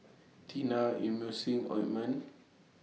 Tena Emulsying Ointment